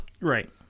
Right